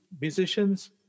musicians